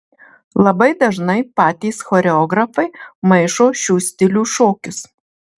labai dažnai patys choreografai maišo šių stilių šokius